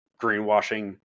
greenwashing